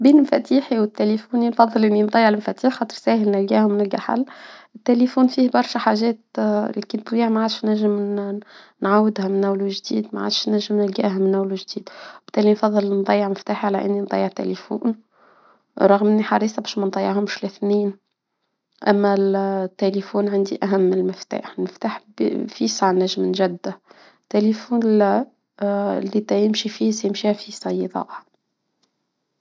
بين مفاتيحي وتلفوني نفضل انه نضيع المفاتيح نلقاهم نلقا حل. التليفون فيه برشا حاجات آآ ما عادش تنجم نعاودها من اول وجديد ما عادش نجم نلقيها من اول وجديد. بالتالي نفضل نضيع مفتاحي على اني نضيع تليفوني. رغم اني حريصة باش ما نضيعهمش لسنين. اما التلفون عندي اهم المفتاح نفتح من جد. تليفون اللي تيمشي فيه في يمشي